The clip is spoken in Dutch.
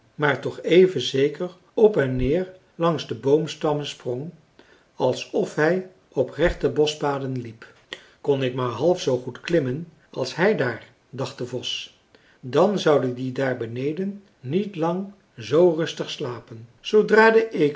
maar toch even zeker op en neer langs de boomstammen sprong alsof hij op rechte boschpaden liep kon ik maar half zoo goed klimmen als hij daar dacht de vos dan zouden die daar beneden niet lang zoo rustig slapen zoodra de